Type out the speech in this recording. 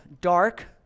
dark